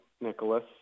Nicholas